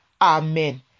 Amen